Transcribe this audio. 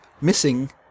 missing